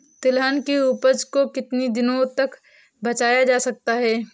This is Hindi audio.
तिलहन की उपज को कितनी दिनों तक बचाया जा सकता है?